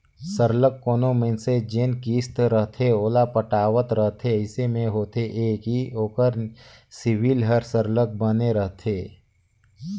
सरलग कोनो मइनसे जेन किस्त रहथे ओला पटावत रहथे अइसे में होथे ए कि ओकर सिविल हर सरलग बने रहथे